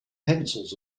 pencils